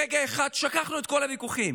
ברגע אחד שכחנו את כל הוויכוחים.